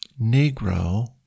Negro